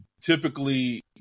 typically